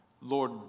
Lord